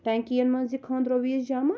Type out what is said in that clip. ٹیٚنکِیَن مَنٛز یہِ خانٛدرو وِز جَمَع